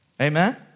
Amen